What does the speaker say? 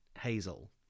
Hazel